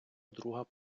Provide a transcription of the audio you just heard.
друга